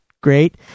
great